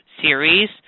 series